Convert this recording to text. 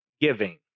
giving